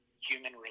human